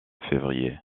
février